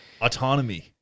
autonomy